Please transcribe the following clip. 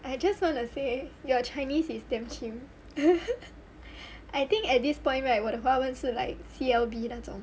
I just wanna say your chinese is damn chim I think at this point right 我的华文 is like C_L_B 那种